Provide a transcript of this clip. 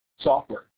software